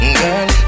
girl